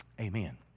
Amen